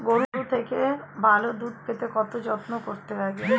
গরুর থেকে ভালো দুধ পেতে কতটা যত্ন করতে লাগে